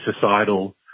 societal